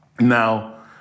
Now